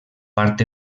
part